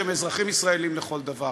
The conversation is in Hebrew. שהם אזרחים ישראלים לכל דבר.